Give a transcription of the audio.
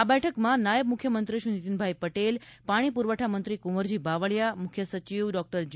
આ બેઠકમાં નાયબ મુખ્યમંત્રીશ્રી નીતીનભાઇ પટેલ પાણી પુરવઠામંત્રી કુંવરજી બાવળિયા મુખ્યસચિવ જે